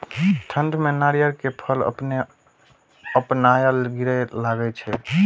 ठंड में नारियल के फल अपने अपनायल गिरे लगए छे?